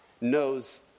knows